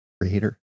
creator